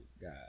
God